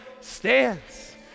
stands